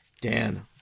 Dan